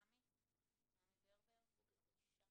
עמי ברבר, בבקשה.